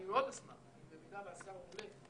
אני מאוד אשמח אם במידה שהשר עולה,